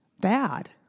bad